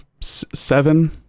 seven